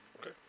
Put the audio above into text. Okay